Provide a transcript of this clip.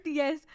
yes